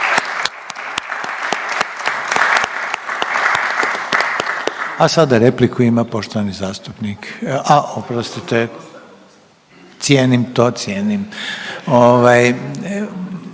A sada repliku ima poštovani zastupnik, a oprostite. Cijenim to, cijenim.